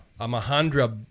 Amahandra